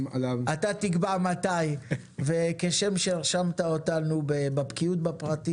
אתה תקבע מתי וכשם שהרשמת אותנו בבקיאות בפרטים